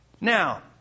Now